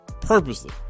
purposely